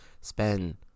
spend